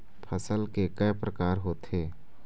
फसल के कय प्रकार होथे?